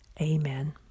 Amen